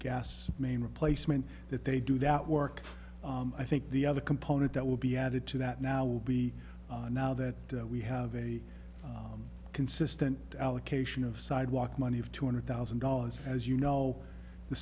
gas main replacement that they do that work i think the other component that will be added to that now will be now that we have a consistent allocation of sidewalk money of two hundred thousand dollars as you know the